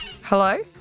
Hello